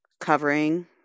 covering